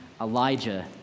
Elijah